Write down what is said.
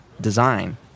design